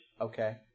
Okay